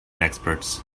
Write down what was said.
experts